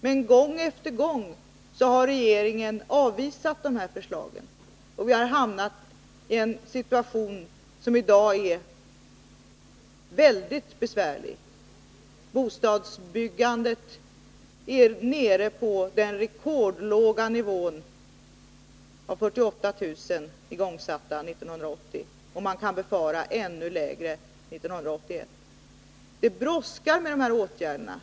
Men gång på gång har regeringen avvisat förslagen, och i dag har vi hamnat i en situation som är mycket besvärlig. Bostadsbyggandet är nere på den rekordlåga nivån 48 000 igångsatta byggen 1980, och man kan befara en ännu lägre siffra för 1981. Det brådskar med de här åtgärderna.